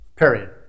Period